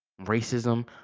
racism